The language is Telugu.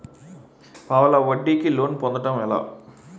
పావలా వడ్డీ కి లోన్ పొందటం ఎలా?